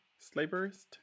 Slaverist